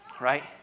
right